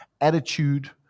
attitude